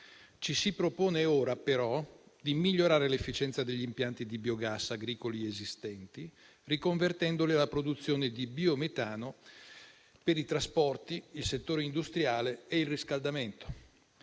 Ci si propone ora, però, di migliorare l'efficienza degli impianti di biogas agricoli esistenti, riconvertendoli alla produzione di biometano per i trasporti, il settore industriale e il riscaldamento.